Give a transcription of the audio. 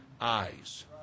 eyes